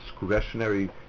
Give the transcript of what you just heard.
discretionary